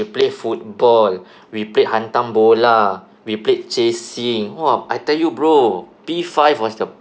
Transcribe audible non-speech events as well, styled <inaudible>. we play football <breath> we played hantam bola we played chasing !wah! I tell you bro P five was the